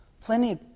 Plenty